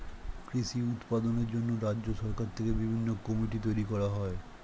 কৃষি উৎপাদনের জন্য রাজ্য সরকার থেকে বিভিন্ন কমিটি তৈরি করা হয়